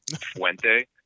Fuente